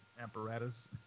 apparatus